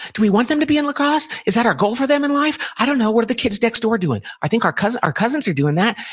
do we want them to be in lacrosse? is that our goal for them in life? i don't know what are the kids next door doing? i think our cousins our cousins are doing that.